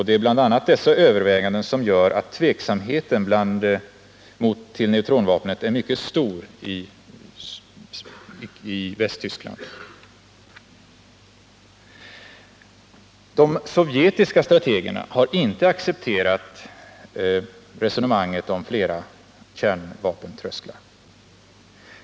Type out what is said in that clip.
Det är bl.a. dessa överväganden som gör att tveksamheten till neutronvapnet är mycket stor i Västtyskland. De sovjetiska strategerna har inte accepterat resonemanget om lägre kärnvapentrösklar.